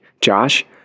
Josh